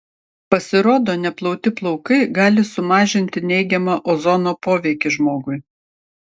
pasirodo neplauti plaukai gali sumažinti neigiamą ozono poveikį žmogui